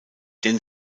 denn